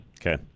Okay